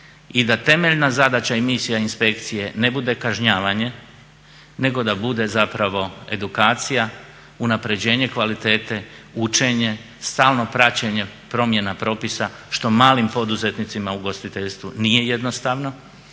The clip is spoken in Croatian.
i da temeljna zadaća i misija inspekcije ne bude kažnjavanje, nego da bude zapravo edukacija, unaprjeđenje kvalitete, učenje, stalno praćenje promjena propisa što malim poduzetnicima u ugostiteljstvu nije jednostavno